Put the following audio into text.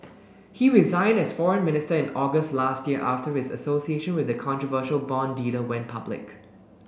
he resigned as foreign minister in August last year after his association with the controversial bond dealer went public